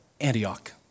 Antioch